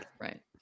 Right